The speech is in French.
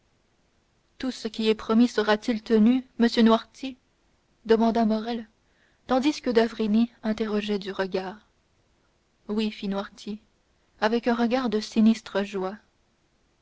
tout ce qui est promis sera-t-il tenu monsieur noirtier demanda morrel tandis que d'avrigny interrogeait du regard oui fit noirtier avec un regard de sinistre joie